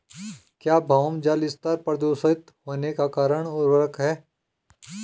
क्या भौम जल स्तर प्रदूषित होने का कारण उर्वरक है?